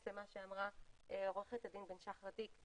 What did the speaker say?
למה שאמרה עורכת הדין בן שחר תיק,